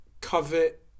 covet